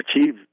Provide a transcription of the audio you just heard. achieve